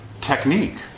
technique